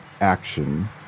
action